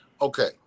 Okay